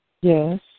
Yes